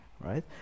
right